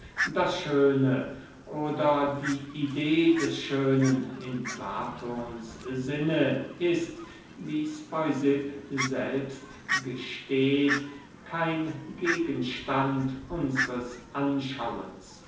das schöne oder die idee des schönen in platons sinne ist wie speusipp selbst gesteht kein gegenstand unsres anschauens